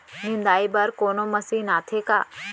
निंदाई बर कोनो मशीन आथे का?